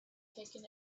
taken